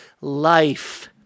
life